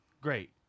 Great